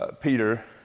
Peter